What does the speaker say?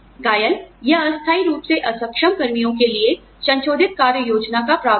घायल या अस्थायी रूप से अक्षम कर्मियों के लिए संशोधित कार्य योजना का प्रावधान